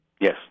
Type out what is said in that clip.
Yes